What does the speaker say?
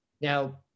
Now